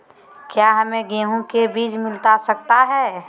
क्या हमे गेंहू के बीज मिलता सकता है?